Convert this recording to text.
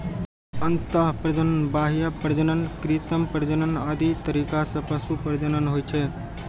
अंतः प्रजनन, बाह्य प्रजनन, कृत्रिम प्रजनन आदि तरीका सं पशु प्रजनन होइ छै